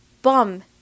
Bum